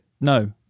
No